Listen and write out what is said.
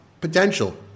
potential